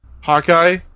Hawkeye